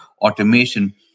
automation